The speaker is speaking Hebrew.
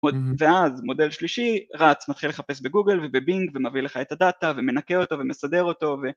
ואז מודל שלישי רץ, מתחיל לחפש בגוגל ובבינג ומביא לך את הדאטה ומנקה אותו ומסדר אותו ו..